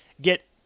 get